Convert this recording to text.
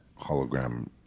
hologram